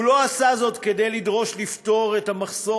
הוא לא עשה זאת כדי לדרוש לפתור את המחסור